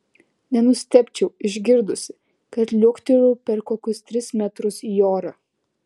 nenustebčiau išgirdusi kad liuoktelėjau per kokius tris metrus į orą